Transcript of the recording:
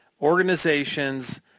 organizations